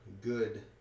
good